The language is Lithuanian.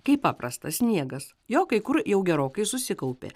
kaip paprastas sniegas jo kai kur jau gerokai susikaupė